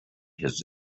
his